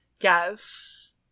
Yes